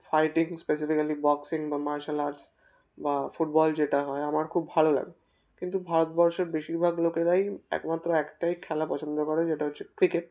fighting specifically boxing বা martial arts বা football যেটা হয় আমার খুব ভালো লাগে কিন্তু ভারতবর্ষের বেশিরভাগ লোকেরাই একমাত্র একটাই খেলা পছন্দ করে যেটা হচ্ছে ক্রিকেট